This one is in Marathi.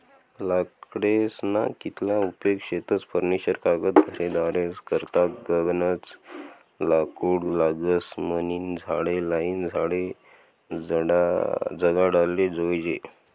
लाकडेस्ना कितला उपेग शेतस फर्निचर कागद घरेदारेस करता गनज लाकूड लागस म्हनीन झाडे लायीन झाडे जगाडाले जोयजे